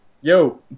Yo